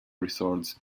resorts